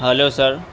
hello sir